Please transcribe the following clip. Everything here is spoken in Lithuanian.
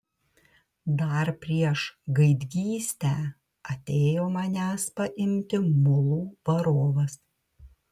dar prieš gaidgystę atėjo manęs paimti mulų varovas